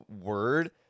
word